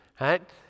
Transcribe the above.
Right